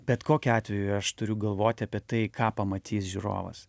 bet kokiu atveju aš turiu galvoti apie tai ką pamatys žiūrovas